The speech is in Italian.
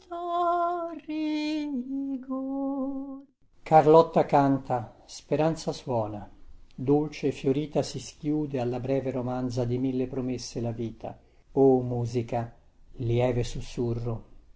carlotta canta speranza suona dolce e fiorita si schiude alla breve romanza di mille promesse la vita o musica lieve sussurro